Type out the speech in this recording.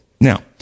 Now